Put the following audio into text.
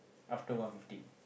after one fifteen